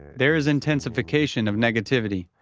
there is intensification of negativity.